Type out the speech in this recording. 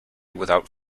without